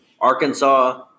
Arkansas